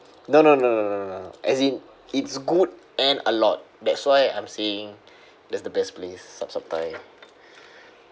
no no no no no no no as in it's good and a lot that's why I'm saying that's the best place saap saap thai